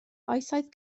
oesoedd